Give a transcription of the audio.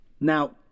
Now